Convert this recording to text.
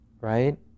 right